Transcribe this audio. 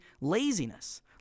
laziness